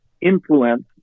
influence